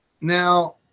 Now